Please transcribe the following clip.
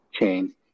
chain